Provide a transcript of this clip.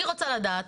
אני רוצה לדעת